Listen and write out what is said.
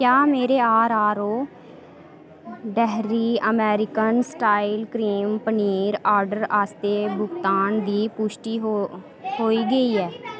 क्या मेरे RRO dairy American style cream paneer order आस्तै भुगतान दी पुश्टि हो होई गेई ऐ